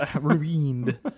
ruined